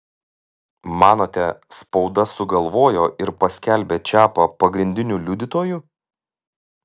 manote spauda sugalvojo ir paskelbė čiapą pagrindiniu liudytoju